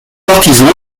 partisans